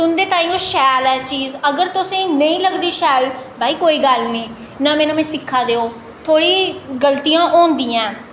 उं'दे ताहीं ओह् शैल ऐ चीज अगर तुसें गी नेईं लगदी शैल भाई कोई गल्ल निं नमें नमें सिक्खा दे ओ थोह्ड़ी गल्तियां होंदियां न